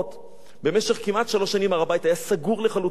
במשך כמעט שלוש שנים הר-הבית היה סגור לחלוטין בפני יהודים,